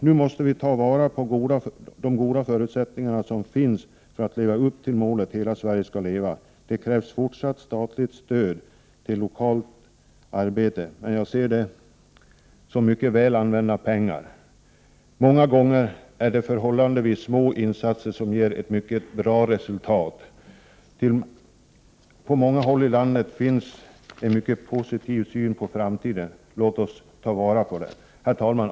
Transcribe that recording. Nu måste vi ta vara på de goda förutsättningar som finns för att leva upp till målet ”Hela Sverige ska leva”. Det krävs fortsatt statligt stöd till det lokala arbetet, men jag anser att det är mycket väl använda pengar. Många gånger är det förhållandevis små insatser som ger ett mycket bra resultat. På många håll i landet finns en positiv syn på framtiden, låt oss nu ta vara på den! Fru talman!